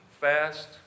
fast